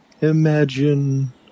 imagine